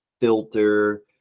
filter